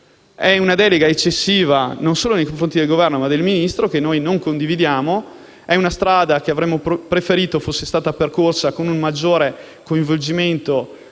È una delega eccessiva non solo nei confronti del Governo ma del Ministro, che noi non condividiamo. È una strada che avremmo preferito fosse stata percorsa con un maggiore coinvolgimento